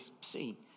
see